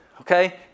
Okay